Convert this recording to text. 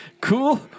Cool